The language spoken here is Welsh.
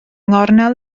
nghornel